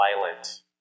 violent